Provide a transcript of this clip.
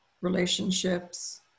relationships